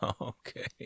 Okay